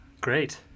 Great